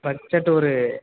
budget ஒரு